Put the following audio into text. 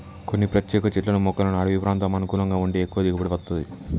కొన్ని ప్రత్యేక చెట్లను మొక్కలకు అడివి ప్రాంతం అనుకూలంగా ఉండి ఎక్కువ దిగుబడి వత్తది